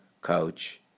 coach